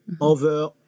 over